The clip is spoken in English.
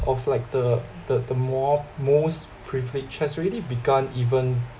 of like the the more most privileged has already begun even